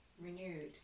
Renewed